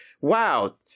wow